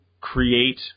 create